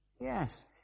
Yes